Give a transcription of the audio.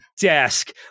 desk